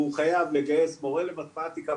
והוא חייב לגייס מורה למתמטיקה,